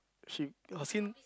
she her skin